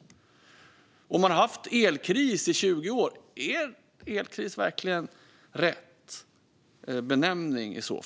Men om vi har haft elkris i 20 år undrar jag om elkris verkligen är rätt benämning. Det har